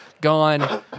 gone